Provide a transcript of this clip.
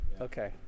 okay